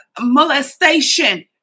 molestation